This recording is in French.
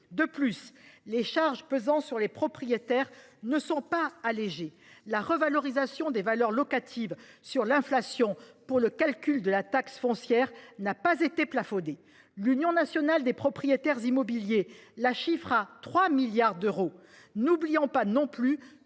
De plus, les charges pesant sur les propriétaires ne sont pas allégées. La revalorisation des valeurs locatives sur l'inflation pour le calcul de la taxe foncière n'a pas été plafonnée. L'Union nationale des propriétaires immobiliers (UNPI) la chiffre à près de 3 milliards d'euros. N'oublions pas non plus